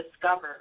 discover